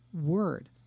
word